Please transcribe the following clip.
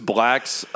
Black's